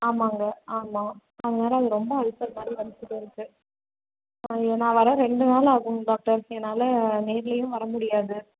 ஆமாம்ங்க ஆமாம் அதனால் அது ரொம்ப அல்சர் மாதிரி வலிச்சுகிட்டே இருக்கு நான் வர ரெண்டு நாள் ஆகுங்க டாக்டர் என்னால் நேர்லையும் வர முடியாது